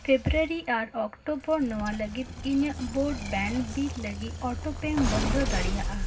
February ᱟᱨ October ᱱᱚᱣᱟ ᱞᱟᱹᱜᱤᱫ ᱤᱧᱟᱹᱜ ᱵᱨᱚᱰᱵᱮᱱᱰ ᱵᱤᱞ ᱞᱟᱹᱜᱤᱫ ᱳᱴᱳᱯᱮᱢ ᱵᱚᱱᱫᱚ ᱫᱟᱲᱮᱭᱟᱜ ᱟ